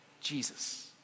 Jesus